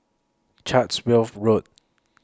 Chatsworth Road